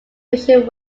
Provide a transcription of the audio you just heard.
mission